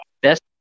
best